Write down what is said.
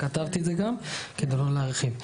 כתבתי את זה גם כדי לא להרחיב.